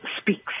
speaks